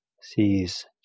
sees